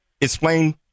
explain